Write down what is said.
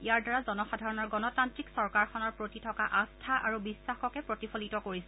ইয়াৰ দ্বাৰা জনসাধাৰণৰ গণতান্ত্ৰিক চৰকাৰখনৰ প্ৰতি থকা আস্থা আৰু বিশ্বাসকে প্ৰতিফলিত কৰিছে